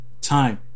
time